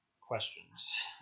questions